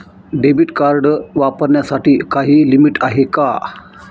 Debit card वापरण्यासाठी काही limit आहे का?